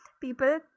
people